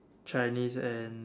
Chinese and